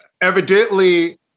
evidently